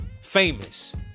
Famous